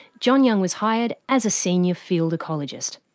john young was hired as a senior field ecologist.